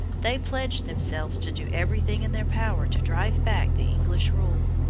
they pledged themselves to do everything in their power to drive back the english rule.